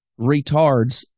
retards